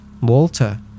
Walter